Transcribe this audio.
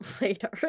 later